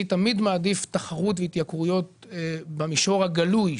אני תמיד מעדיף תחרות והתייקרויות במישור הגלוי,